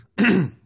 Okay